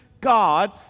God